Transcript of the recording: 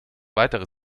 weitere